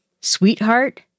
sweetheart